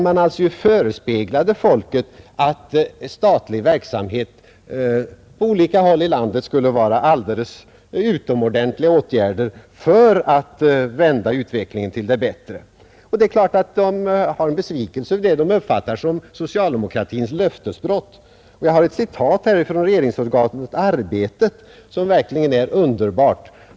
Man förespeglade folk att statlig verksamhet på olika håll i landet skulle vara en utomordentlig åtgärd för att vända utvecklingen till det bättre. Det är klart att människorna nu är besvikna över vad de uppfattar som socialdemokratins löftesbrott. Jag har ett citat här från regeringsorganet Arbetet, som är mycket intressant.